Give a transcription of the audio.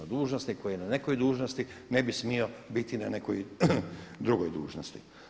Dužnosnik koji je na nekoj dužnosti ne bi smio biti na nekoj drugoj dužnosti.